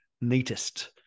neatest